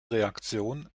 reaktion